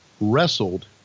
wrestled